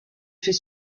fait